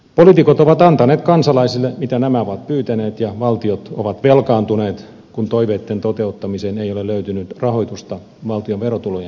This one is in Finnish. poliitikot ovat antaneet kansalaisille mitä nämä ovat pyytäneet ja valtiot ovat velkaantuneet kun toiveitten toteuttamiseen ei ole löytynyt rahoitusta valtion verotulojen kautta